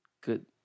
good